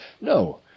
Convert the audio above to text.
No